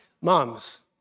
moms